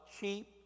cheap